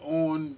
on